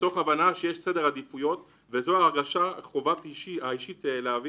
מתוך הבנה שיש סדר עדיפויות וזו הרגשת חובה אישית להביא